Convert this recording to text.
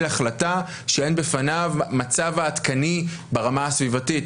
החלטה כשאין בפניו המצב העדכני ברמה הסביבתית,